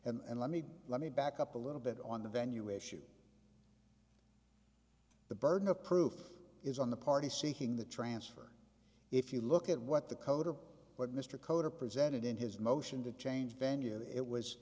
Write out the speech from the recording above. and let me let me back up a little bit on the venue issue the burden of proof is on the party seeking the transfer if you look at what the code or what mr coder presented in his motion to change venue it was